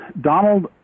donald